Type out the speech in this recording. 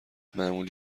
معمولی